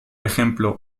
ejemplo